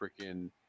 freaking